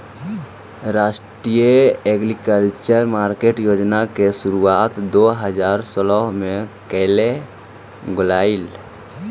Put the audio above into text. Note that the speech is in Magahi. राष्ट्रीय एग्रीकल्चर मार्केट योजना के शुरुआत दो हज़ार सोलह में कैल गेलइ